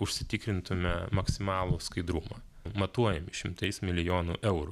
užsitikrintume maksimalų skaidrumą matuojami šimtais milijonų eurų